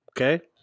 okay